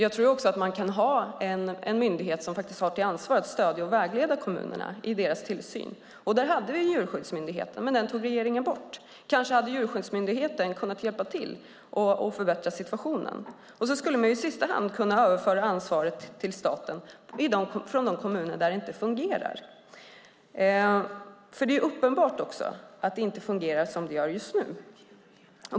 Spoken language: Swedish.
Jag tror också att man kan ha en myndighet som har till ansvar att stödja och vägleda kommunerna i deras tillsyn. Där hade vi Djurskyddsmyndigheten, men den tog regeringen bort. Kanske hade Djurskyddsmyndigheten kunnat hjälpa till och förbättra situationen. I sista hand skulle man kunna överföra ansvaret till staten för de kommuner där det inte fungerar. Det är uppenbart att det inte fungerar som det är just nu.